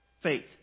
Faith